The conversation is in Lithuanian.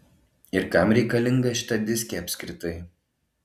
ir kam reikalinga šita diskė apskritai